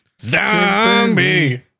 Zombie